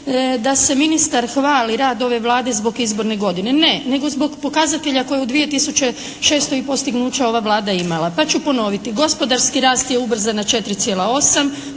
da se ministar hvali rad ove Vlade zbog izborne godine. Ne, nego zbog pokazatelja koji u 2006. i postignuća ova Vlada imala. Pa ću ponoviti. Gospodarski je ubrzan na 4,8,